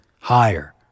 higher